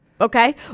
Okay